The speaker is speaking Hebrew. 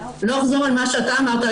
אני לא אחזור על מה שאתה אמרת,